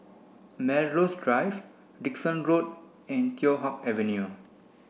Melrose Drive Dickson Road and Teow Hock Avenue